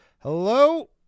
hello